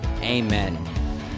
Amen